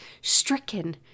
stricken